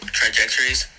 trajectories